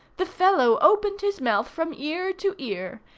the fellow opened his mouth from ear to ear,